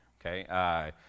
okay